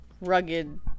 rugged